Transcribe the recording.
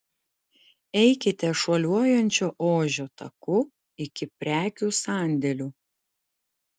eikite šuoliuojančio ožio taku iki prekių sandėlių